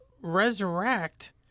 resurrect